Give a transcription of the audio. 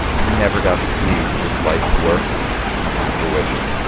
he never got to see his life's work come to fruition